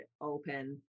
open